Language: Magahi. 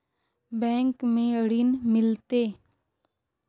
बैंक में ऋण मिलते?